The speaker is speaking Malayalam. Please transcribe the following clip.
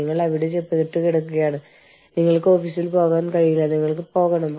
അല്ലെങ്കിൽ അത് വാടകയ്ക്കെടുത്തതാണ് ആർക്കെങ്കിലും അത് തിരികെ ആവശ്യമാണ്